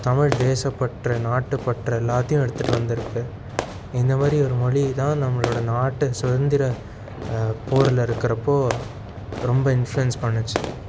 தமிழ் தேசப்பற்று நாட்டுப்பற்று எல்லாத்தையும் எடுத்துகிட்டு வந்துருக்கு இந்த மாதிரி ஒரு மொழி தான் நம்மளோடய நாடு சுதந்திர போரில் இருக்கிறப்போ ரொம்ப இன்ஃப்ளூயன்ஸ் பண்ணுச்சி